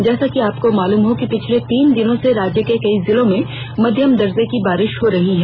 जैसा कि आपको मालूम हो पिछले तीन दिनों से राज्य के कई जिलों में मध्यम दर्जे की बारिष हो रही है